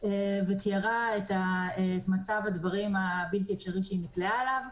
ותיארה את מצב הדברים הבלתי אפשרי שהיא נקלעה אליו: